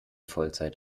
vollzeit